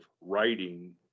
writing